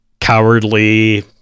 cowardly